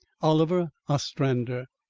oliver ostrander.